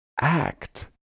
act